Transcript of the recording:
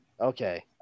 Okay